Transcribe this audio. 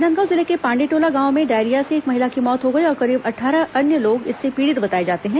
राजनांदगांव जिले के पांडेटोला गांव में डायरिया से एक महिला की मौत हो गई और करीब अट्ठारह अन्य लोग इससे पीड़ित बताए जाते हैं